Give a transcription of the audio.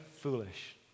foolish